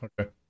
Okay